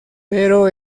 pero